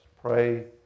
Pray